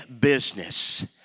business